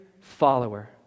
follower